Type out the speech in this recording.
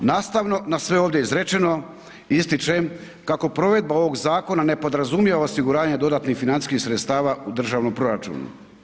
Nastavno na sve ovdje izrečeno ističem kako provedba ovog zakona ne podrazumijeva osiguranje dodatnih financijskih sredstava u državnom proračunu.